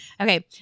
Okay